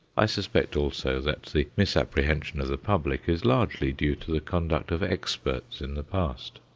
i suspect also that the misapprehension of the public is largely due to the conduct of experts in the past.